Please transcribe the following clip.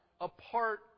apart